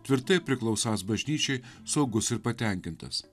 tvirtai priklausąs bažnyčiai saugus ir patenkintas